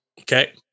Okay